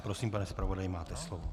Prosím, pane zpravodaji, máte slovo.